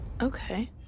okay